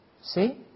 See